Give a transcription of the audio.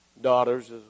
daughters